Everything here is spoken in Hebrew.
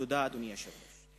תודה, אדוני היושב-ראש.